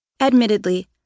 Admittedly